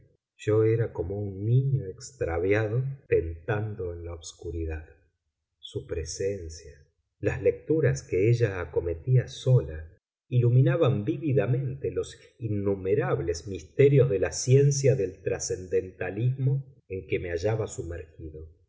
yo era como un niño extraviado tentando en la obscuridad su presencia las lecturas que ella acometía sola iluminaban vívidamente los innumerables misterios de la ciencia del trascendentalismo en que me hallaba sumergido